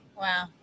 Wow